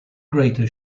greater